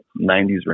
90s